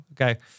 okay